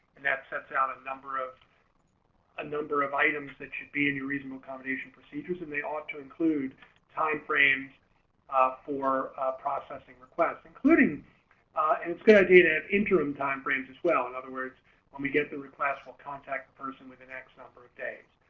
and that sets out a number of a number of items that should be any reasonable accommodation procedures and they ought to include time frames for processing requests including it's going to data and interim time frames as well in other words when we get the request will contact the person with an x number of days.